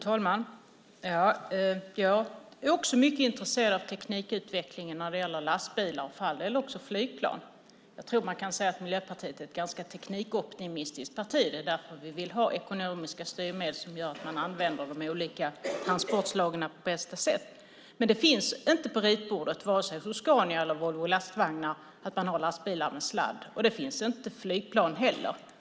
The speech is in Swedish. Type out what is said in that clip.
Fru talman! Jag är också mycket intresserad av teknikutvecklingen när det gäller lastbilar och för all del också flygplan. Jag tror att man kan säga att Miljöpartiet är ett ganska teknikoptimistiskt parti. Det är därför vi vill ha ekonomiska styrmedel som gör att man använder de olika transportslagen på bästa sätt. Men lastbilar med sladd finns inte på ritbordet vare sig hos Scania eller hos Volvo lastvagnar. Det finns inte flygplan med sladd heller.